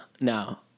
now